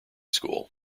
school